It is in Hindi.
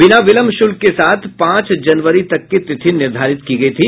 बिना विलंब शुल्क के साथ पांच जनवरी तक की तिथि निर्धारित की गयी थी